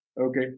Okay